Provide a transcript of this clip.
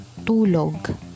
tulog